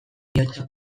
bihotza